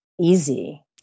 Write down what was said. easy